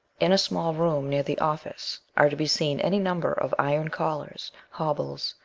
in a small room near the office are to be seen any number of iron collars, hobbles,